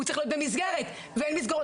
הוא צריך להיות במסגרת ואין מסגרות,